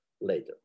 later